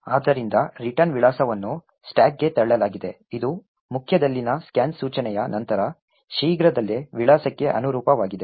ಆದ್ದರಿಂದ ರಿಟರ್ನ್ ವಿಳಾಸವನ್ನು ಸ್ಟಾಕ್ಗೆ ತಳ್ಳಲಾಗಿದೆ ಇದು ಮುಖ್ಯದಲ್ಲಿನ scan ಸೂಚನೆಯ ನಂತರ ಶೀಘ್ರದಲ್ಲೇ ವಿಳಾಸಕ್ಕೆ ಅನುರೂಪವಾಗಿದೆ